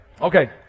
Okay